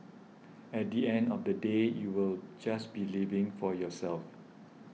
at the end of the day you'll just be living for yourself